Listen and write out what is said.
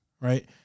Right